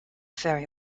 very